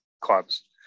clubs